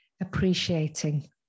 appreciating